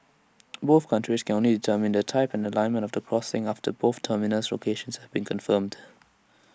both countries can only determine the type and alignment of crossing after both terminus locations have been confirmed